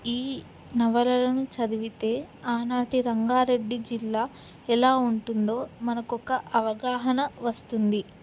ఈ నవలలను చదివితే ఆనాటి రంగారెడ్డి జిల్లా ఎలా ఉంటుందో మనకొక అవగాహన వస్తుంది